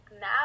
now